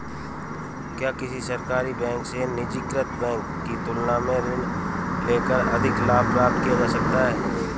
क्या किसी सरकारी बैंक से निजीकृत बैंक की तुलना में ऋण लेकर अधिक लाभ प्राप्त किया जा सकता है?